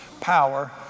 Power